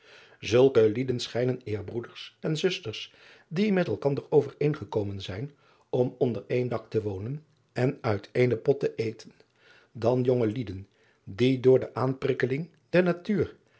ulke lieden schijnen eer broeders en zusters die met elkander overeengekomen zijn om onder één dak te wonen en uit éénen pot te èten dan jonge lieden die door de aanprikkelingen der natuur